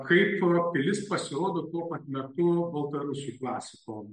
kaip pilis pasirodo tuo pat metu baltarusių klasiko